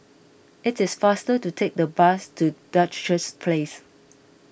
it is faster to take the bus to Duchess Place